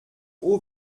eau